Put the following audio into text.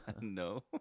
No